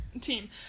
team